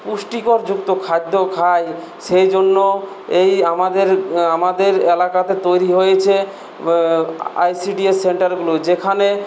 পুষ্টিকরযুক্ত খাদ্য খায় সেই জন্য এই আমাদের আমাদের এলাকাতে তৈরি হয়েছে আইসিডিএস সেন্টারগুলো যেখানে